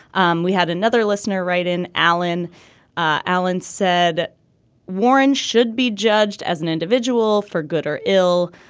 um we had another listener write in alan ah allen said warren should be judged as an individual for good or ill.